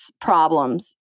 problems